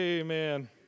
Amen